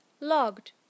logged